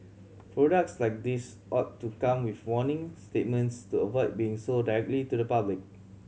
products like these ought to come with warning statements to avoid being sold directly to the public